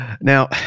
now